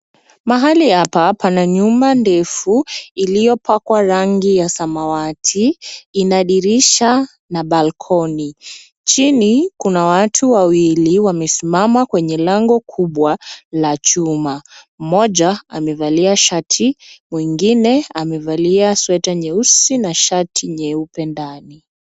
Mahali hapa pana nyumba ndefu iliyopakwa rangi ya samawati, ina dirisha na balkoni. Chini kuna watu wawili, wamesimama kwenye lango kubwa la chuma. Mmoja amevalia shati, mwingine amevalia sweta nyeusi na shati nyeupe ndani.